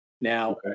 Now